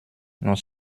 nous